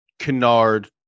canard